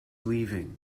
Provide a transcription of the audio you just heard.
leaving